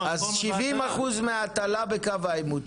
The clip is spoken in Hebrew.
70% מההטלה בקו העימות,